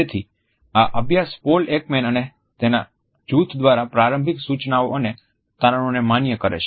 તેથી આ અભ્યાસ પોલ એકમેન અને તેના જૂથ દ્વારા પ્રારંભિક સૂચનો અને તારણોને માન્ય કરે છે